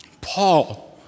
Paul